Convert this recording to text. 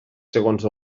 segons